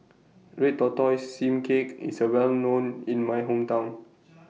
Red Tortoise Steamed Cake IS Well known in My Hometown